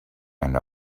and